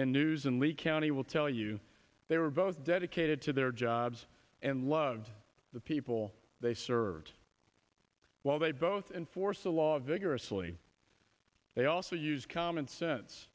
and news in lee county will tell you they were both dedicated to their jobs and loved the people they served while they both enforce the law vigorously they also use common sense